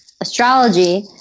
astrology